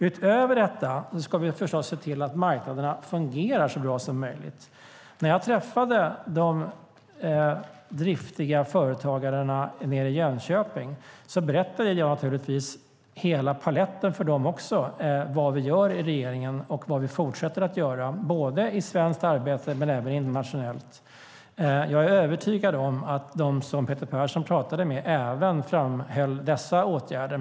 Utöver detta ska vi förstås se till att marknaderna fungerar så bra som möjligt. När jag träffade de driftiga företagarna i Jönköping berättade jag naturligtvis om hela denna palett för dem också, alltså vad vi gör i regeringen och vad vi kommer att göra i fortsättningen, både inom Sverige och internationellt. Jag är övertygad om att de som Peter Persson talade med även framhöll dessa åtgärder.